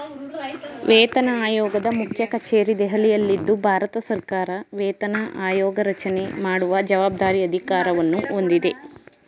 ವೇತನಆಯೋಗದ ಮುಖ್ಯಕಚೇರಿ ದೆಹಲಿಯಲ್ಲಿದ್ದು ಭಾರತಸರ್ಕಾರ ವೇತನ ಆಯೋಗರಚನೆ ಮಾಡುವ ಜವಾಬ್ದಾರಿ ಅಧಿಕಾರವನ್ನು ಹೊಂದಿದೆ